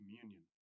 Communion